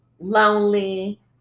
lonely